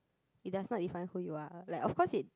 it does not define who you are like of course it